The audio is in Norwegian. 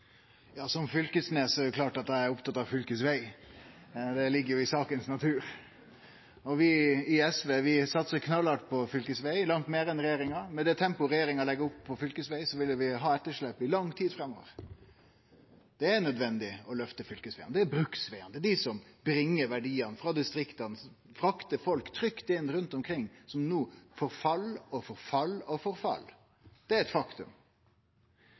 klart at eg er opptatt av fylkesveg. Det er naturleg i slik ei sak! Og vi i SV satsar knallhardt på fylkesveg, langt meir enn regjeringa. Med det tempoet regjeringa legg opp til på fylkesveg, vil vi ha etterslep i lang tid framover. Det er nødvendig å løfte fylkesvegane. Det er bruksvegane som bringar verdiane frå distrikta, som fraktar folk trygt rundt omkring, som no forfell, forfell og forfell. Det er eit faktum.